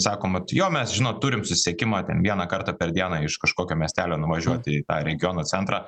sakomat jo mes turim susisiekimą ten vieną kartą per dieną iš kažkokio miestelio nuvažiuot į tą regiono centrą